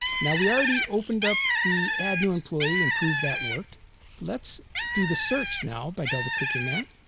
now we are ready opened up the add new employee and proved that worked let's do the search now by double-clicking that